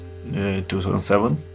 2007